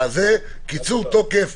של קיצור התוקף